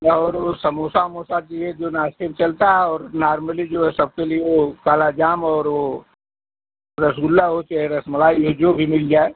और वो समोसा ओमोसा चाहिए जो नाश्ते में चलता है और नार्मली जो है सबके लिए वो काला जाम और वो रसगुल्ला हो चाहे रसमलाई हो जो भी मिल जाए